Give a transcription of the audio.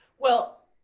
well,